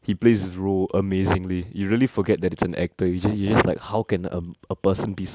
he plays his role amazingly you really forget that it's an actor you just you just like how can a a person be so vile that's all that goes through your mind